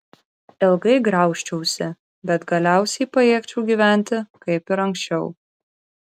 ilgai graužčiausi bet galiausiai pajėgčiau gyventi kaip ir anksčiau